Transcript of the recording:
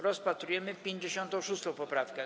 Rozpatrujemy 56. poprawkę.